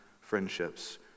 friendships